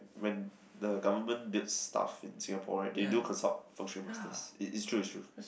when the government build stuff in Singapore [right] they do consult Feng Shui masters it's true it's true